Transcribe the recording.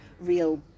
real